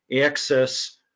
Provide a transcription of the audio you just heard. access